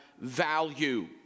value